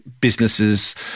businesses